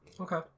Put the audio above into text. Okay